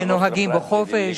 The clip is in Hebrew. שנהוגים בו חופש,